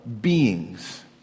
beings